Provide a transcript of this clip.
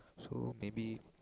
so maybe